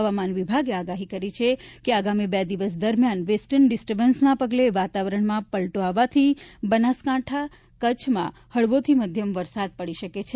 હવામાન વિભાગે આગાહી કરી છે આગામી બે દિવસ દરમિયાન વેસ્ટર્ન ડિસ્ટર્બન્સને પગલે વાતાવરણમાં પલટો આવવાથી બનાસકાંઠા કચ્છમાં હળવોથી મધ્યમ વરસાદ પડી શકશે